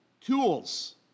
tools